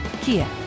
Kia